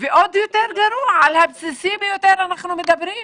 ועוד יותר גרוע, על הבסיסי ביותר אנחנו מדברים,